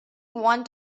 want